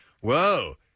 whoa